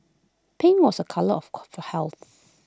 pink was A colour of course of health